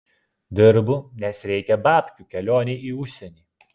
dirbu nes reikia babkių kelionei į užsienį